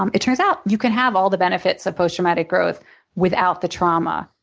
um it turns out you can have all the benefits of post traumatic growth without the trauma.